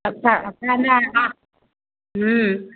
अच्छा अपना अपना हूँ